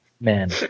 man